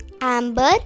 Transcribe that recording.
Amber